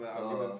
oh